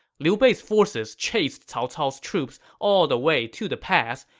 liu bei's forces chased cao cao's troops all the way to the pass,